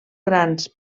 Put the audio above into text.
grans